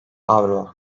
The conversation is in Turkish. avro